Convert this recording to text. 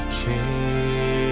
change